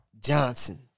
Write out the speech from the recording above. Johnson